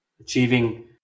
achieving